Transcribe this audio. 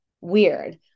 weird